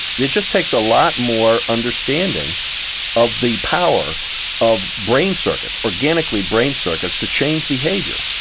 it just takes a lot more understanding of the power of brain circuits, organically brain circuits to change behaviour.